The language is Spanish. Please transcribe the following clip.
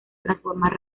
transformar